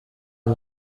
des